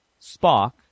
Spock